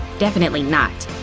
definitely not!